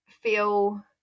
feel